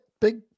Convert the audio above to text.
big